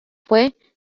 fue